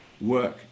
work